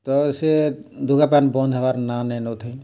ତ ସେ ଧୁକା ପାଏନ୍ ବନ୍ଦ୍ ହେବାର୍ ନାଁ ନାଇ ନେଉଥାଇ